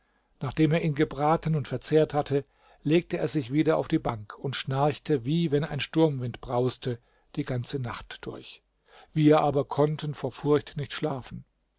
nachdem er ihn gebraten und verzehrt hatte legte er sich wieder auf die bank und schnarchte wie wenn ein sturmwind brauste die ganze nacht durch wir aber konnten vor furcht nicht schlafen